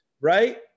Right